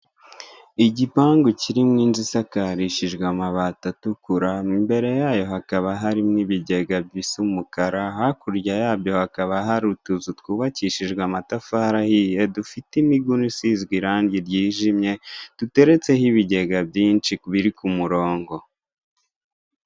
Igipangu kirimo inzu isakarishijwe amabati atukura, imbere yayo hakaba harimo ibigega bisa umukara, hakurya yabyo hakaba hari utuzu twubakishijwe amatafari ahiye, dufite imiguni isizwe irangi ryijimye duteretseho ibigega byinshi biri ku murongo.